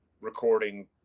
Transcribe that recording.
recording